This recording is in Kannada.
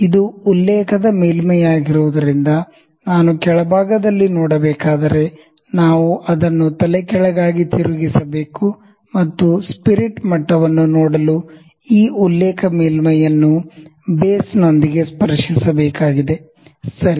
ಇದು ಉಲ್ಲೇಖದ ಮೇಲ್ಮೈಯಾಗಿರುವುದರಿಂದ ನಾನು ಕೆಳಭಾಗದಲ್ಲಿ ನೋಡಬೇಕಾದರೆ ನಾವು ಅದನ್ನು ತಲೆಕೆಳಗಾಗಿ ತಿರುಗಿಸಬೇಕು ಮತ್ತು ಸ್ಪಿರಿಟ್ ಮಟ್ಟವನ್ನು ನೋಡಲು ಈ ಉಲ್ಲೇಖ ಮೇಲ್ಮೈಯನ್ನು ಬೇಸ್ನೊಂದಿಗೆ ಸ್ಪರ್ಶಿಸಬೇಕಾಗಿದೆ ಸರಿ